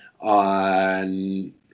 on